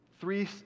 Three